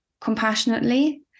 compassionately